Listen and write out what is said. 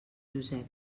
josep